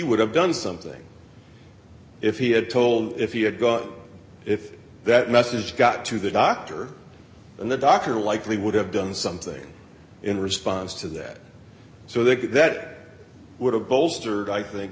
would have done something if he had told if he had got if that message got to the doctor and the doctor likely would have done something in response to that so that that would have bolstered i think